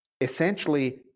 Essentially